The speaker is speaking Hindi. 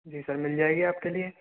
जी सर मिल जाएगी आपके लिए